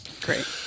Great